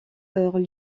eurent